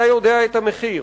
אתה יודע את המחיר.